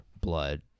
blood